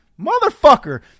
Motherfucker